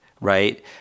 right